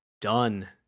Done